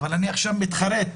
אבל אני עכשיו מתחרט,